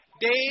Dave